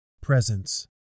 presence